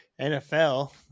NFL